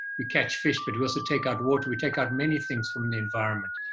we catch fish, but we also take out water we take out many things from the environment.